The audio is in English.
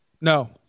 No